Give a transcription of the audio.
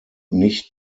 nicht